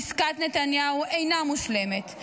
עסקת נתניהו אינה מושלמת,